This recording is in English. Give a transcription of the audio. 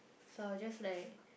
so I will just like